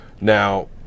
Now